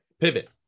Pivot